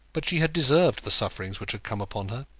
but she had deserved the sufferings which had come upon her.